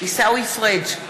עיסאווי פריג'